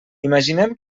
imaginem